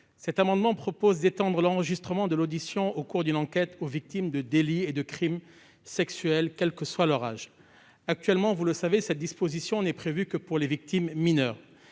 Cet amendement vise à étendre l'enregistrement de l'audition, au cours d'une enquête, à toutes les victimes de délits et de crimes sexuels, quel que soit leur âge. Actuellement, cette disposition n'est prévue que pour les victimes mineures.